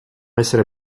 essere